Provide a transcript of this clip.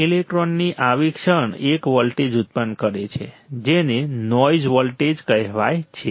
free ઈલેક્ટ્રોનની આવી ક્ષણ એક વોલ્ટેજ ઉત્પન્ન કરે છે જેને નોઇઝ વોલ્ટેજ કહેવાય છે